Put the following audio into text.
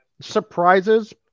surprises